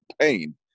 pain